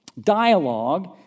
Dialogue